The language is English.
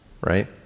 right